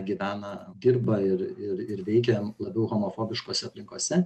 gyvena dirba ir ir ir veikia labiau homofobiškose aplinkose